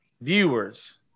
viewers